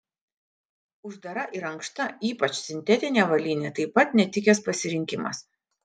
uždara ir ankšta ypač sintetinė avalynė taip pat netikęs pasirinkimas